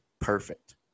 perfect